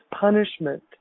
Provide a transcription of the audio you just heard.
punishment